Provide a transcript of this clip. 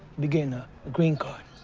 be getting a green card.